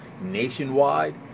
nationwide